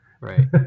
Right